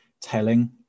telling